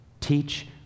Teach